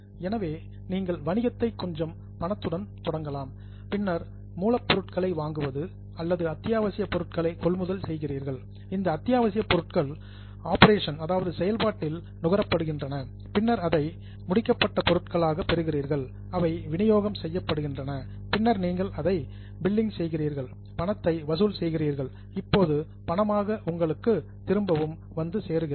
எனவே நீங்கள் வணிகத்தை கொஞ்சம் பணத்துடன் தொடங்கலாம் பின்னர் ரா மெட்டீரியல் மூலப் பொருட்களை வாங்குவது அல்லது அத்தியாவசிய பொருட்களை கொள்முதல் செய்கிறீர்கள் இந்த அத்தியாவசிய பொருட்கள் ஆப்பரேஷன் செயல்பாட்டில் கன்ஸ்யூம் நுகரப்படுகின்றன பின்னர் அதை ஃபிண்ணிஸ்ட் கூட்ஸ் முடிக்கப்பட்ட பொருட்களாக பெறுகிறீர்கள் அவை வினியோகம் செய்யப்படுகின்றன பின்னர் நீங்கள் அதை பில்லிங் செய்கிறீர்கள் பணத்தை வசூல் செய்கிறீர்கள் இப்போது பணமாக உங்களுக்கு திரும்பவும் வந்து சேருகிறது